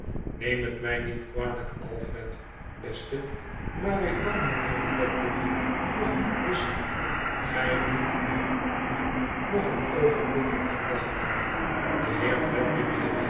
neem het mij niet kwalijk alfred beste maar ik kan mijnheer fiedgeby nog niet missen gij moet nog een oogenblik op hem wachten de heer